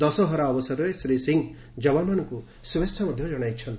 ଦଶହରା ଅବସରରେ ଶ୍ରୀ ସିଂ ଯବାନ୍ମାନଙ୍କୁ ମଧ୍ୟ ଶୁଭେଚ୍ଛା ଜଣାଇଚ୍ଚନ୍ତି